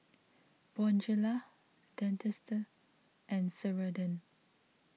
Bonjela Dentiste and Ceradan